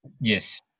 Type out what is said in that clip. yes